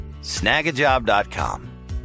snagajob.com